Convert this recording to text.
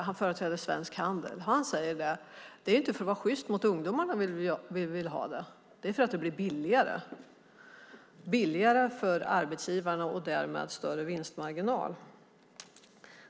Han företräder Svensk Handel och säger att det inte är för att vara sjyst mot ungdomarna de vill ha detta utan för att det blir billigare för arbetsgivarna och därmed större vinstmarginal.